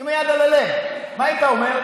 עם יד על הלב, מה היית אומר?